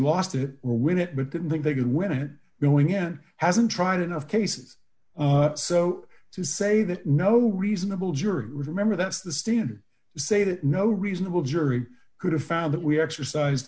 lost it when it meant didn't think they could win it going again hasn't tried enough cases so to say that no reasonable juror remember that's the standard say that no reasonable jury could have found that we exercise